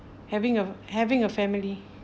having a having a family